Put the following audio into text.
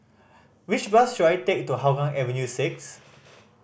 which bus should I take to Hougang Avenue Six